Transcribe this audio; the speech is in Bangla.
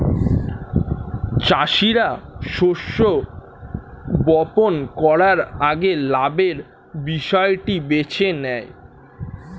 চাষীরা শস্য বপন করার আগে লাভের বিষয়টি বেছে নেয়